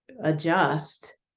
adjust